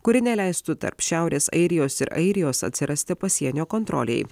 kuri neleistų tarp šiaurės airijos ir airijos atsirasti pasienio kontrolei